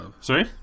Sorry